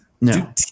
No